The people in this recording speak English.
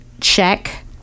check